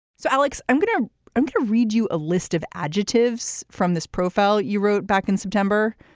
so alex i'm gonna i'm gonna read you a list of adjectives from this profile. you wrote back in september.